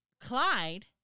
Clyde